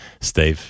Steve